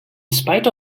spite